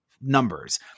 numbers